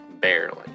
Barely